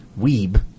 weeb